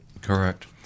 correct